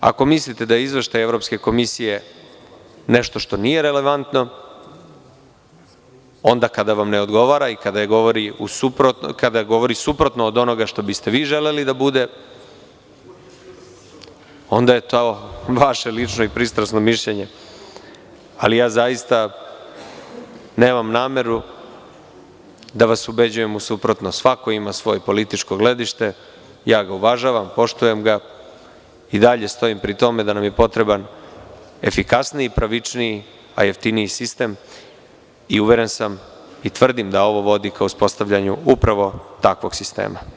Ako mislite da je izveštaj Evropske komisije nešto što nije relevantno onda kada vam ne odgovora i kada govori suprotno od onoga što biste vi želeli da bude, onda je to vaše lično i pristrasno mišljenje, ali ja zaista nemam nameru da vas ubeđujem u suprotno, svako ima svoje političko gledište, ja ga uvažavam, poštujem ga, i dalje stojim pri tome da nam je potreban efikasniji, pravičniji, a jeftiniji sistem i uveren sam i tvrdim da ovo vodi ka uspostavljanju upravo takvog sistema.